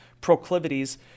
proclivities